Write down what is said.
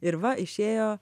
ir va išėjo